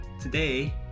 Today